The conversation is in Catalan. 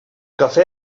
café